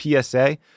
PSA